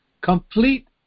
complete